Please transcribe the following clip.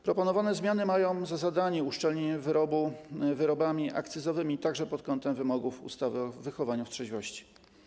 Proponowane zmiany mają za zadanie uszczelnienie obrotu wyrobami akcyzowymi także pod kątem wymogów ustawy o wychowaniu w trzeźwości.